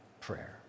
prayer